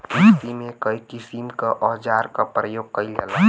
किरसी में कई किसिम क औजार क परयोग कईल जाला